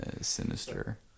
Sinister